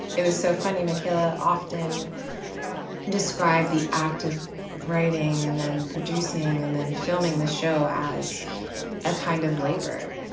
it was so funny. mckeyla often described the act of writing and then producing and then filming the show as a kind of labor.